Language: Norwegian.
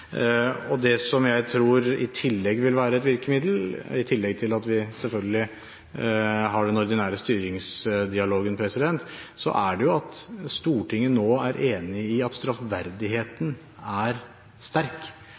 Det som jeg tror også vil være et virkemiddel, i tillegg til at vi selvfølgelig har den ordinære styringsdialogen, er at Stortinget nå er enig i at straffverdigheten er sterk.